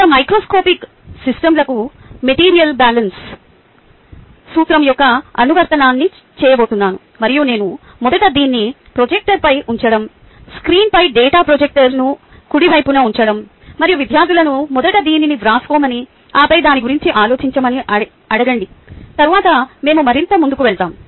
నేను మాక్రోస్కోపిక్ సిస్టమ్లకు material balance సూత్రం యొక్క అనువర్తనాన్ని చేయబోతున్నాను మరియు నేను మొదట దీన్ని ప్రొజెక్టర్పై ఉంచడం స్క్రీన్పై డేటా ప్రొజెక్టర్ను కుడివైపు ఉంచడం మరియు విద్యార్థులను మొదట దీనిని వ్రాసుకోమని ఆపై దాని గురించి ఆలోచించమని అడగండి తరువాత మేము మరింత ముందుకు వెళ్తాము